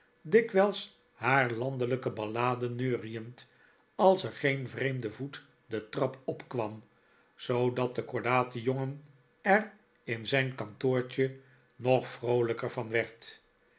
dikwijls haar landelijke balladen neuriend als er geen vreemde voet de trap opkwam zoodat de kordate jongen er in zijn kantoortje nog vroolijker van werd